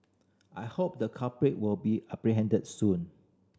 I hope the culprit will be apprehended soon